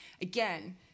Again